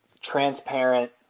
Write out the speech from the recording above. transparent